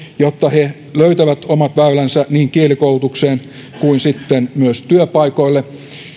jotta he löytävät omat väylänsä niin kielikoulutukseen kuin sitten myös työpaikoille